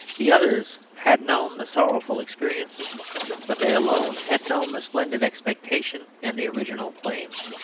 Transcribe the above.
the others had known the sorrowful experiences but they alone had known the splendid expectation and the original claims.